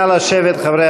נא לשבת, חברי